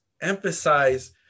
emphasize